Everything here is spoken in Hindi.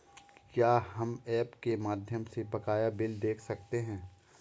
क्या हम ऐप के माध्यम से बकाया बिल देख सकते हैं?